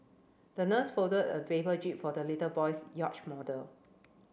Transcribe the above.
the nurse folded a paper jib for the little boy's yacht model